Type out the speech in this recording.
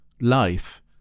life